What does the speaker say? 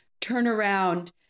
turnaround